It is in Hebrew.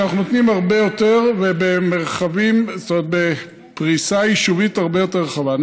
שאנחנו נותנים הרבה יותר ובפריסה יישובית הרבה יותר רחבה.